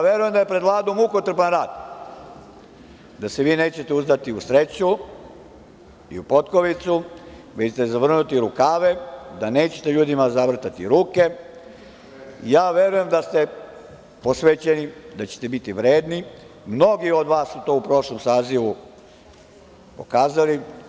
Verujem da je pred Vladom mukotrpan rad, da se vi nećete uzdati u sreću i u potkovicu, vi ćete zavrnuti rukave, da nećete ljudima zavrtati ruke, verujem da ste posvećeni, da ćete biti vredni, mnogi od vas su to u prošlom sazivu pokazali.